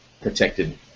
protected